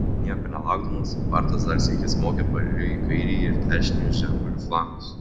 nieko nelaukdamas bartas dar sykį smogė paeiliui į kairįjį ir dešinįjį žemgalių flangus